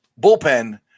bullpen